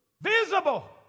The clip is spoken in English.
visible